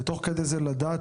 ותוך כדי זה לדעת,